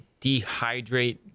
dehydrate